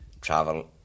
travel